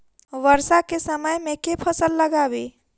वर्षा केँ समय मे केँ फसल लगाबी?